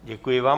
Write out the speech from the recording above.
Děkuji vám.